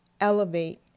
elevate